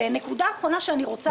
נקודה אחרונה שאני רוצה,